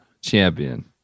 Champion